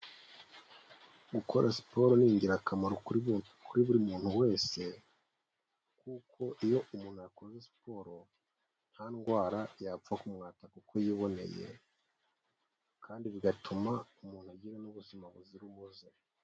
Gukora siporo ni ingirakamaro kuri buri muntu wese, kuko iyo umuntu akoze siporo, nta ndwara yapfa kumwataka uko yiboneye, kandi bigatuma umuntu agira n'ubuzima buzira umuze.